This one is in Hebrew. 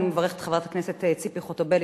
אני מברכת את חברת הכנסת ציפי חוטובלי,